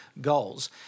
goals